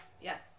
Yes